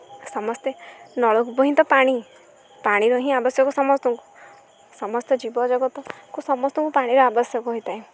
ସମସ୍ତେ ନଳକୂପ ହିଁ ତ ପାଣି ପାଣିର ହିଁ ଆବଶ୍ୟକ ସମସ୍ତଙ୍କୁ ସମସ୍ତେ ଜୀବଜଗତକୁ ସମସ୍ତଙ୍କୁ ପାଣିର ଆବଶ୍ୟକ ହୋଇଥାଏ